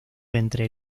entre